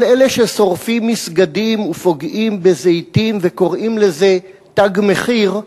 כל אלה ששורפים מסגדים ופוגעים בזיתים וקוראים לזה "תג מחיר",